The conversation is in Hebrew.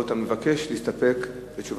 או שאתה מבקש להסתפק בתשובתך?